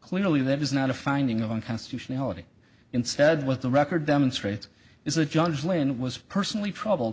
clearly that is not a finding on constitutionality instead what the record demonstrates is that judge lane was personally trouble